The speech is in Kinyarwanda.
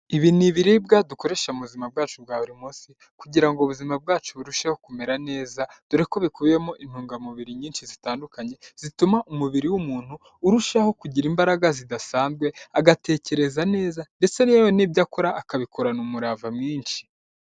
Ibi ni ibibiribwa dukoresha mu buzima bwacu bwa buri munsi kugira ngo ubuzima bwacu burusheho kumera neza dore ko bikubiyemo intungamubiri nyinshi zitandukanye zituma umubiri w'umuntu urushaho kugira imbaraga zidasanzwe agatekereza neza ndetse yewe n'ibyo akora akabikorana umurava mwinshi.